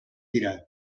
dira